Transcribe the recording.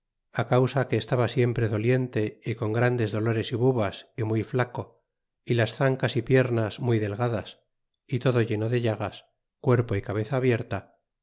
á causa que estaba siempre doliente y con grandes dolores y bubas y muy flaco y las zancas y piernas muy delgadas y todo lleno de llagas enervo y cabeza abierta